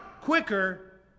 quicker